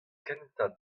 kentañ